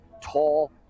tall